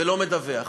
ולא מדווח,